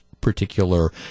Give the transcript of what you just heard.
particular